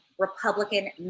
Republican